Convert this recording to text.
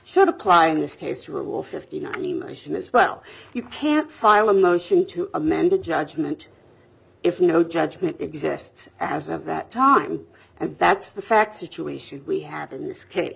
should apply in this case to all fifty nine emotion as well you can't file a motion to amend the judgment if no judgment exists as of that time and that's the fact situation we have in this case